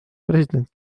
president